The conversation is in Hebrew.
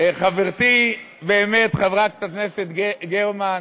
חברתי באמת, חברת הכנסת גרמן,